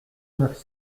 neuf